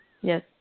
Yes